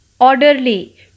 Orderly